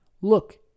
look